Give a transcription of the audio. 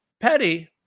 Petty